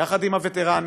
יחד עם הווטרנים,